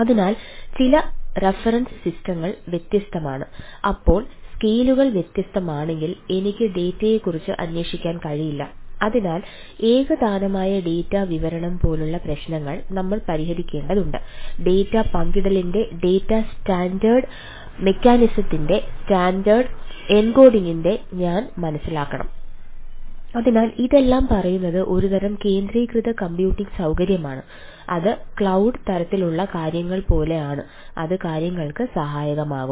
അതിനാൽ ചില റഫറൻസ് സിസ്റ്റങ്ങൾ തരത്തിലുള്ള കാര്യങ്ങൾ പോലെയാണ് അത് കാര്യങ്ങൾക്ക് സഹായകമാകും